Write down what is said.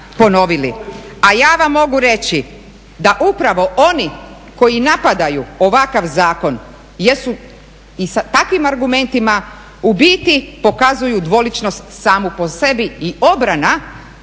A ja vam mogu reći da upravo oni koji napadaju ovakav zakon jesu i sa takvim argumentima u biti pokazuju dvoličnost samu po sebi i obrana